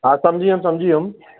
हा सम्झी वियमि सम्झी वियमि